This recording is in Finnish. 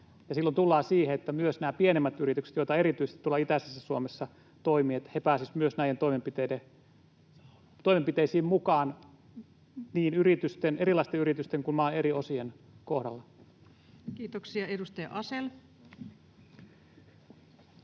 silloin tullaan siihen, että myös nämä pienemmät yritykset, joita erityisesti tuolla itäisessä Suomessa toimii, pääsisivät näihin toimenpiteisiin mukaan niin erilaisten yritysten kuin maan eri osien kohdalla. Kiitoksia. — Edustaja Asell.